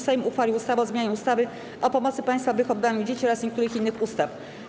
Sejm uchwalił ustawę o zmianie ustawy o pomocy państwa w wychowywaniu dzieci oraz niektórych innych ustaw.